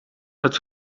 het